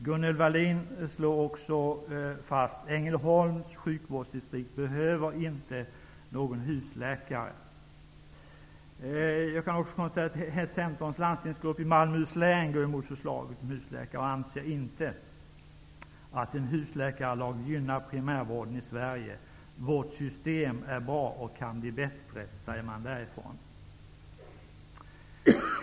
Gunnel Waldin slår också fast att Ängelholms sjukvårdsdistrikt inte behöver någon husläkare. Jag kan också konstatera att Centerns landstingsgrupp i Malmöhus län går emot förslaget om husläkare och inte anser att en husläkarlag gynnar primärvården i Sverige. Vårt system är bra och kan bli bättre, säger man därifrån.